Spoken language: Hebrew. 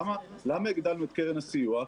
למה הגדלנו את קרן הסיוע?